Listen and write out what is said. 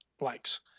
likes